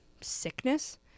sickness